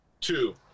two